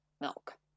milk